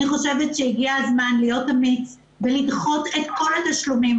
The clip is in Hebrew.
אני חושבת שהגיע הזמן להיות אמיץ ולדחות את כל התשלומים.